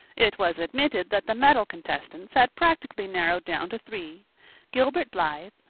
it was admitted that the medal contestants had practically narrowed down to three gilbert blythe,